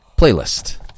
Playlist